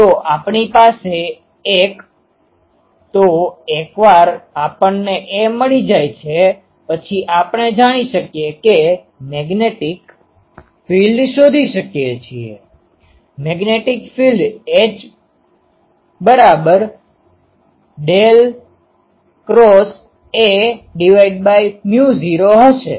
તો આપણી પાસે એક તો એકવાર આપણને એ મળી જાય પછી આપણે જાણી શકીએ કે મેગ્નેટિક ફિલ્ડ શોધી શકીએ છીએ મેગ્નેટિક ફિલ્ડ H 10A1 ભાગ્યા mu naught del cross A હશે